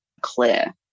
clear